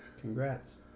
Congrats